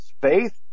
faith